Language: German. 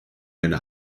meine